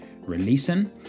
releasing